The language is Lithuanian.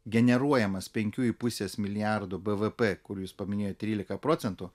generuojamas penkių į pusės milijardo bvp kur jūs paminėjot trylika procentų